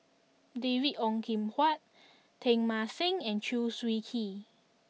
David Ong Kim Huat Teng Mah Seng and Chew Swee Kee